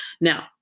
Now